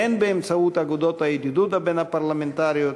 הן באמצעות אגודות הידידות הבין-פרלמנטריות